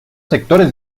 sectores